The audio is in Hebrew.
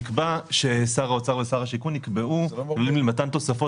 נקבע ששר האוצר ושר השיכון יקבעו --- למתן תוספות